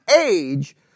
age